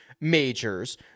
majors